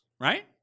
right